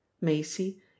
Macy